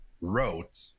wrote